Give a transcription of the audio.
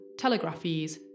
telegraphies